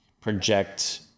project